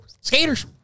Skaters